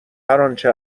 انچه